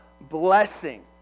blessing